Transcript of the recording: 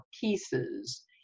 pieces